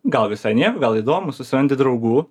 gal visai nieko gal įdomu susirandi draugų